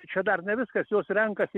čia dar ne viskas jos renkasi